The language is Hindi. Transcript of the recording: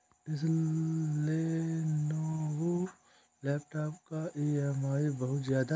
इस लेनोवो लैपटॉप का ई.एम.आई बहुत ज्यादा है